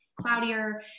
cloudier